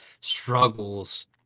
struggles